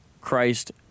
Christ